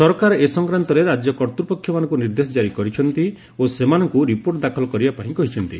ସରକାର ଏ ସଂକ୍ରାନ୍ତରେ ରାଜ୍ୟ କର୍ତ୍ତୃପକ୍ଷମାନଙ୍କୁ ନିର୍ଦ୍ଦେଶ କାରି କରିଛନ୍ତି ଓ ସେମାନଙ୍କୁ ରିପୋର୍ଟ ଦାଖଲ କରିବା ପାଇଁ କହିଛନ୍ତି